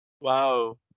Wow